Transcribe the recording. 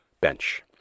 bench